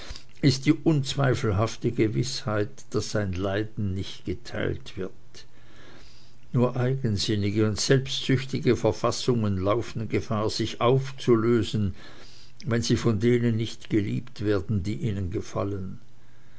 ist die unzweifelhafte gewißheit daß sein leiden nicht geteilt wird nur eigensinnige und selbstsüchtige verfassungen laufen gefahr sich aufzulösen wenn sie von denen nicht geliebt werden die ihnen gefallen